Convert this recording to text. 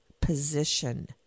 position